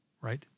right